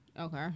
okay